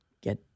get